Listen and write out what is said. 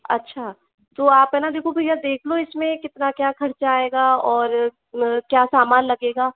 अच्छा तो आप है न देखो भैया देख लो इसमें कितना क्या खर्च आए गया और क्या सामान लगेगा